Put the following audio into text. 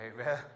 amen